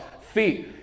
feet